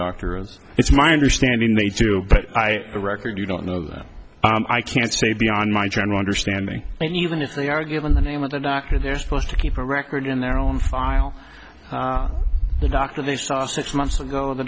doctor is it's my understanding they to the record you don't know that i can't say beyond my general understanding and even if they are given the name of the doctor they're supposed to keep a record in their own file the doctor they see six months ago the